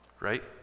right